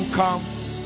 comes